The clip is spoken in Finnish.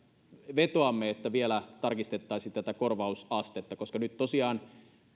vetoamme että vielä tarkistettaisiin tätä korvausastetta koska nyt tosiaan